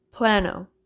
Plano